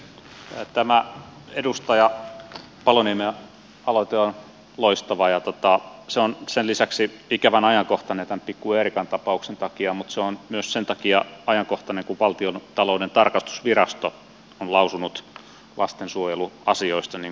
tämä edustaja paloniemen aloite on loistava ja se on sen lisäksi ikävän ajankohtainen tämän pikku eerikan tapauksen takia mutta se on myös sen takia ajankohtainen kun valtiontalouden tarkastusvirasto on lausunut lastensuojeluasioista niin kuin tuossa oli puhe